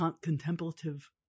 contemplative